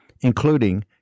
including